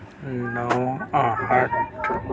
نو آٹھ